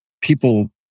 people